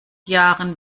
jahren